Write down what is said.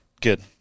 Good